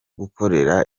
gukorera